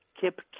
Kip